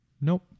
Nope